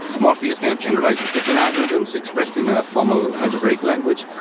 morpheus kind of generalizes different algorithms expressed in a formal algebraic language,